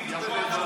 ירו טיל, לידו,